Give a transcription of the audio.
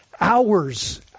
hours